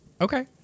Okay